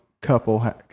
couple